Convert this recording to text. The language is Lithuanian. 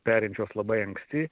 perinčios labai anksti